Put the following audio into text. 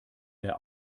der